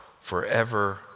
forever